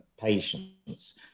patients